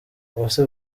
uwase